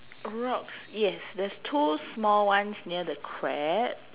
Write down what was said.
rocks yes there's two small ones near the crab